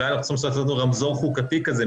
אולי צריך לעשות רמזור חוקתי כזה,